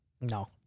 No